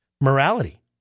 morality